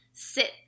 Sit